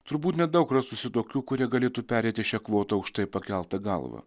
turbūt nedaug rastųsi tokių kurie galėtų pereiti šią kvotą aukštai pakelta galva